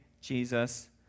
Jesus